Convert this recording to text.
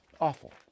Awful